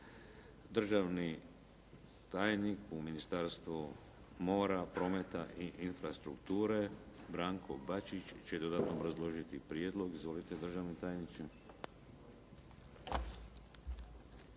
Državni tajnik u Ministarstvu mora, prometa i infrastrukture Branko Bačić će dodatno obrazložiti prijedlog. Izvolite držani tajniče.